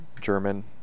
German